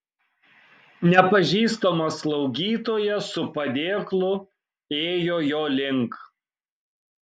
nepažįstama slaugytoja su padėklu ėjo jo link